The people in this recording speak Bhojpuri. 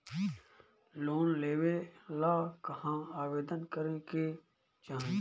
लोन लेवे ला कहाँ आवेदन करे के चाही?